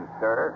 sir